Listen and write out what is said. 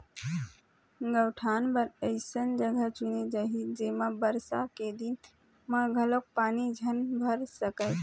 गउठान बर अइसन जघा चुने जाही जेमा बरसा के दिन म घलोक पानी झन भर सकय